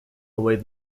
away